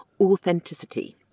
authenticity